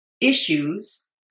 issues